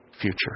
future